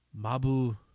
mabu